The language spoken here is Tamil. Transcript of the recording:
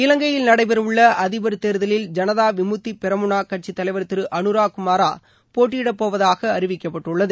இலங்கையில் நடைபெறவுள்ள அதிபர் தேர்தலில் ஜனதா விமுத்தி பெரமுனா கட்சித் தலைவர் திரு அனுரா குமாரா திசநாயக்கா போட்டியிடப்போவதாக அறிவிக்கப்பட்டுள்ளது